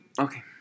Okay